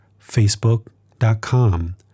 facebook.com